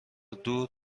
دور